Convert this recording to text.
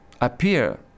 appear